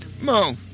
Mo